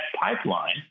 pipeline